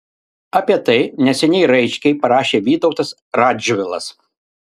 apie tai neseniai raiškiai parašė vytautas radžvilas